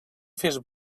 fes